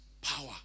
power